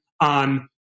on